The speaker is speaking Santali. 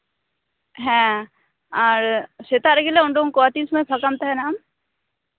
ᱦᱮᱸ ᱟᱨ ᱥᱮᱛᱟᱜ ᱨᱮᱜᱮ ᱞᱮ ᱩᱰᱩᱝ ᱠᱚᱜᱼᱟ ᱛᱤᱱ ᱥᱚᱢᱚᱭ ᱯᱷᱟᱠᱟᱢ ᱛᱟᱦᱮᱱᱟ ᱟᱢ